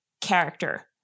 character